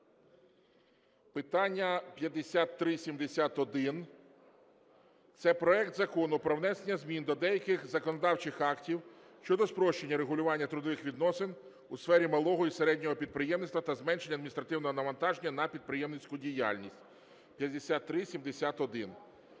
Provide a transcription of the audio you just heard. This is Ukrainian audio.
питання 5371 – це проект Закону про внесення змін до деяких законодавчих актів щодо спрощення регулювання трудових відносин у сфері малого і середнього підприємництва та зменшення адміністративного навантаження на підприємницьку діяльність (5371).